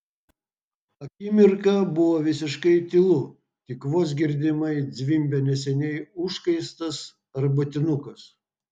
akimirką buvo visiškai tylu tik vos girdimai zvimbė neseniai užkaistas arbatinukas